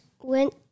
went